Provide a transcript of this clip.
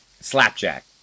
slapjack